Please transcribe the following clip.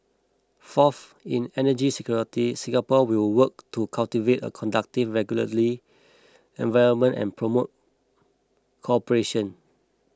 fourth in energy security Singapore will work to cultivate a conducive regulatory environment and promote cooperation